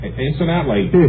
incidentally